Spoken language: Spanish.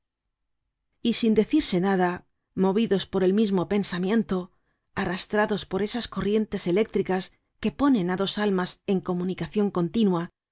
y sin decirse nada movidos por el mismo pensamiento arrastrados por esas corrientes eléctricas que ponen á dos almas en comunicacion continua